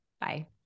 Bye